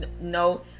No